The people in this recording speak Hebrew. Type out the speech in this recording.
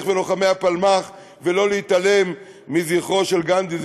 ולוחמי הפלמ"ח ולא להתעלם מזכרו של גנדי,